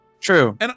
True